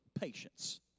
patience